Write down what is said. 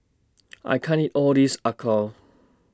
I can't eat All This Acar